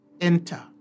enter